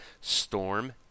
Storm